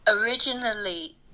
originally